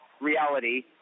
reality